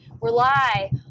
rely